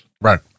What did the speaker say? right